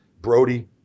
Brody